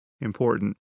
important